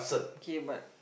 K but